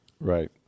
Right